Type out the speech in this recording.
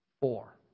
four